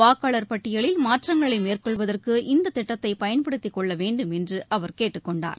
வாக்காளர் பட்டியலில் மாற்றங்களை மேற்கொள்வதற்கு இந்த திட்டத்தை பயன்படுத்திக் கொள்ள வேண்டும் என்று அவர் கேட்டுக் கொண்டார்